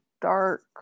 dark